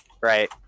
Right